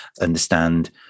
understand